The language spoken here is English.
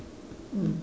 mm